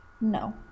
No